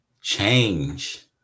Change